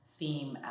theme